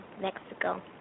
Mexico